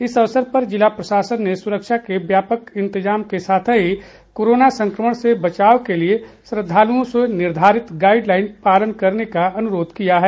इस अवसर पर जिला प्रशासन ने सुरक्षा के व्यापक इंतजाम के साथ ही कोरोना संक्रमण से बचाव के लिए श्रद्दालुओं से निर्धारित गाइड लाइन पालन करने का अनुरोध किया है